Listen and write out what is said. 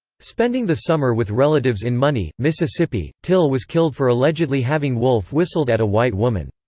spending the summer with relatives in money, mississippi, till was killed for allegedly having wolf-whistled at a white woman.